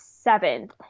seventh